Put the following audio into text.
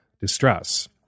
distress